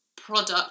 product